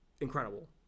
incredible